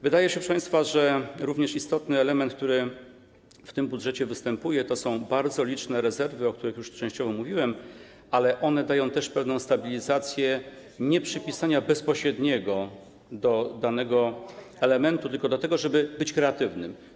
Wydaje się, proszę państwa, że istotny element, który w tym budżecie występuje, to są również bardzo liczne rezerwy, o których już częściowo mówiłem, ale one dają też pewną stabilizację dotyczącą nieprzypisania bezpośredniego do danego elementu, tylko do tego, żeby być kreatywnym.